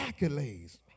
accolades